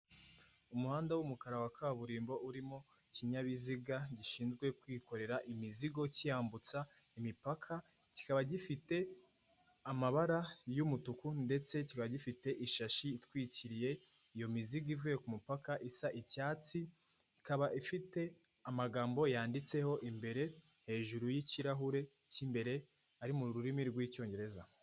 Umuhanda w'umukara wa kaburimbo urimo ikinyabiziga gishinzwe kwikorera imizigo kiyambutsa imipaka, kikaba gifite amabara y'umutuku, ndetse kiba gifite ishashi itwikiriye iyo mizigo ivuye kumupaka isa icyatsi, ikaba ifite amagambo yanditseho imbere hejuru y'ikirahure cy'imbere, ari mu rurimi rw'icyongereza.